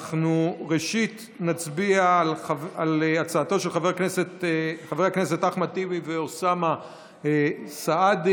אנחנו ראשית נצביע על הצעתם של חברי הכנסת אחמד טיבי ואוסאמה סעדי.